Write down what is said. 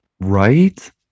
right